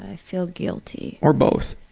i felt guilty. or both?